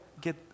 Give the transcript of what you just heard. get